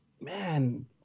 man